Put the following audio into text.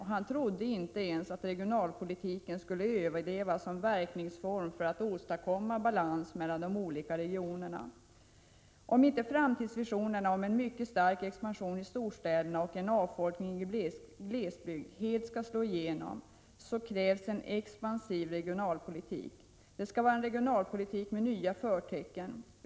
Han trodde inte ens att regionalpolitiken skulle överleva som verkningsform för att åstadkomma balansen mellan de olika regionerna. Om inte framtidsvisionerna om en mycket stark expansion i storstäderna och en avfolkning i glesbygd helt skall slå igenom, krävs en expansiv regionalpolitik. Det skall vara en regionalpolitik med nya förtecken.